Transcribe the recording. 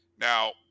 Now